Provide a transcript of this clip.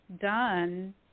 done